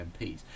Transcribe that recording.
MPs